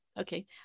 okay